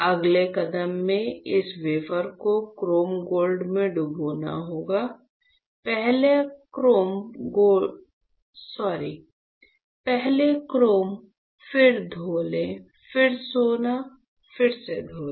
अगले कदम में इस वेफर को क्रोम गोल्ड में डुबाना होगा पहले क्रोम फिर धो लें फिर सोना फिर से धो लें